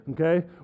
Okay